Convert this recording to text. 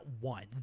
one